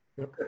Okay